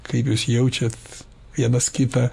kaip jūs jaučiat vienas kitą